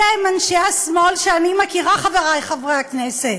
אלה הם אנשי השמאל שאני מכירה, חברי חברי הכנסת.